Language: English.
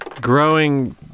growing